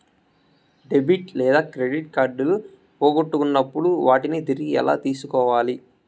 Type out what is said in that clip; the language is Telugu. డెబిట్ లేదా క్రెడిట్ కార్డులు పోగొట్టుకున్నప్పుడు వాటిని తిరిగి ఎలా తీసుకోవాలి